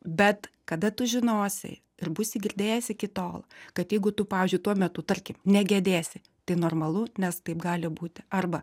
bet kada tu žinosi ir būsi girdėjęs iki tol kad jeigu tu pavyzdžiui tuo metu tarkim negedėsi tai normalu nes taip gali būti arba